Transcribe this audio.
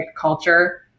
culture